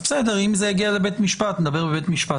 אז בסדר, אם זה יגיע לבית-משפט, נדבר בבית-משפט.